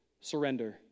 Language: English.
surrender